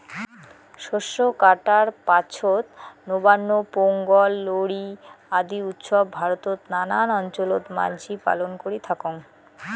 শস্য কাটার পাছত নবান্ন, পোঙ্গল, লোরী আদি উৎসব ভারতত নানান অঞ্চলত মানসি পালন করি থাকং